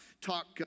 talk